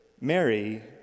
Mary